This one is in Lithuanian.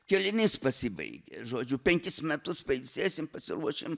kėlinys pasibaigė žodžiu penkis metus pailsėsim pasiruošim